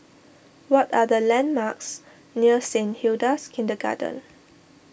what are the landmarks near Saint Hilda's Kindergarten